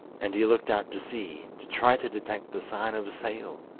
and he looked out to sea, to try to detect the sign of a sail.